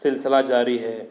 सिलसिला जारी है